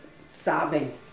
sobbing